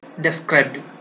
described